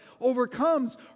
overcomes